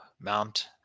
Mount